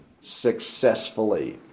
successfully